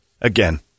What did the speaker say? Again